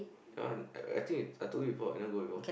that one uh I think I told you before [what] you never go before